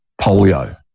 polio